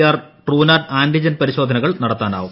R Truenat antigen പരിശോധനകൾ നടത്താനാവും